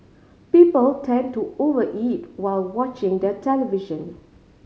people tend to over eat while watching the television